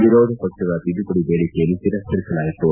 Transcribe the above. ವಿರೋಧ ಪಕ್ಷಗಳ ತಿದ್ದುಪಡಿ ಬೇಡಿಕೆಯನ್ನು ತಿರಸ್ತರಿಸಲಾಯಿತು